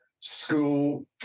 school